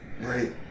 right